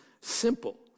simple